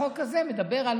החוק הזה מדבר על